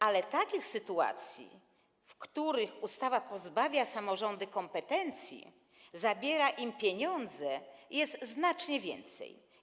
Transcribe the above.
Ale takich sytuacji, w których ustawa pozbawia samorządy kompetencji, zabiera im pieniądze, jest znacznie więcej.